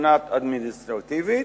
מבחינה אדמיניסטרטיבית,